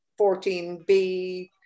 14B